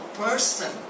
person